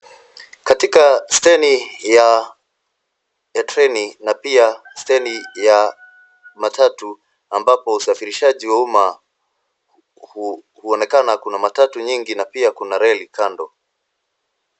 Katika steni ya treni na pia steni ya matatu ambapo usafirishaji wa uma huonekana kuna matatu mingi na pia kuna reli kando.